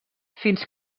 fins